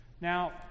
Now